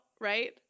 right